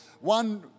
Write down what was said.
one